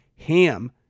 Ham